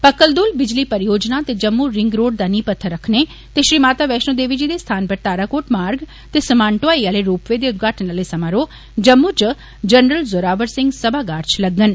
पकलदुल बिजली परियोजना दे जम्मू रिंग रोड दा नींह् पत्थर रखने ते श्री माता वैष्णो देवी जी दे स्थान पर ताराकोट मार्ग ते समान ढोआई आले रोपवे दा उदघाटन आले समारोह जम्मू च जनरल जोरावर सिंह समागार च लगङन